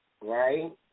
Right